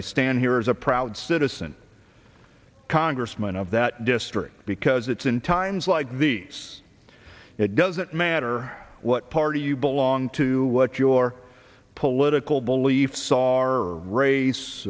i stand here as a proud citizen congressman of that district because it's in times like these it doesn't matter what party you belong to what your political beliefs are race